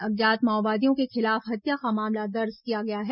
अज्ञात माओवादियों के खिलाफ हत्या का मामला दर्ज कर लिया गया है